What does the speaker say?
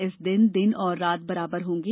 इस दिन दिन एवं रात बराबर होंगे